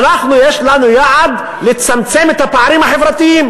יש לנו יעד לצמצם את הפערים החברתיים,